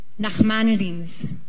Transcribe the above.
Nachmanides